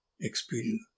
experience